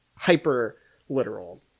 Hyper-literal